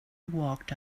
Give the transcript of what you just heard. walked